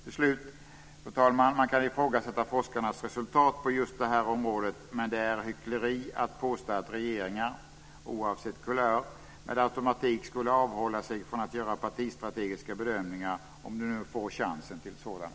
Till slut, fru talman, kan man ifrågasätta forskarnas resultat på just det här området, men det är hyckleri att påstå att regeringar - oavsett kulör - med automatik skulle avhålla sig från att göra partistrategiska bedömningar om de nu får chansen till sådana.